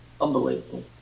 unbelievable